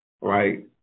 right